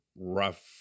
rough